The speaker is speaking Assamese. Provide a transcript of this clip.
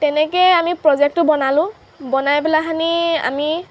তেনেকৈয়ে আমি প্ৰজেক্টটো বনালোঁ বনাই পেলাই কেনি আমি